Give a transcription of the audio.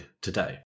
today